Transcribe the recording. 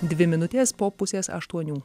dvi minutės po pusės aštuonių